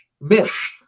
miss